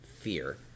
fear